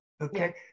okay